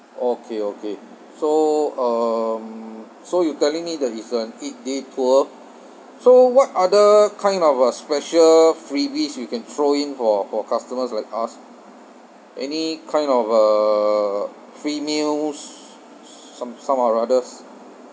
okay okay so um so you telling me that it's an eight day tour so what other kind of uh special freebies you can throw in for for customers like us any kind of uh free meals s~ some somehow or rathers